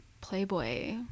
playboy